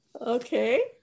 Okay